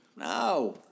No